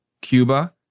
Cuba